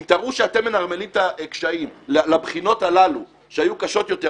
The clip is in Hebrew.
אם תראו שאתם מנרמלים את הקשיים לבחינות הללו שהיו קשות יותר,